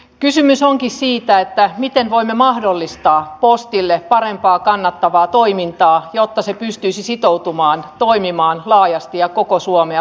kysymys onkin siitä miten voimme mahdollistaa postille parempaa kannattavaa toimintaa jotta se pystyisi sitoutumaan toimimaan laajasti ja koko suomea palvelevasti